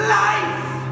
life